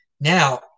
Now